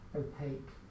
opaque